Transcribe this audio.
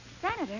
Senator